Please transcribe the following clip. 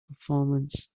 performance